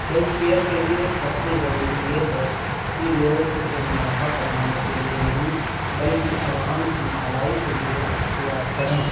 health care کے لئے سب سے ضروری یہ ہے کہ لوگ اسے منافع کمانے کے لئے نہیں بلکہ عوام کی بھلائی کے لئے اختیار کریں